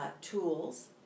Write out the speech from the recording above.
tools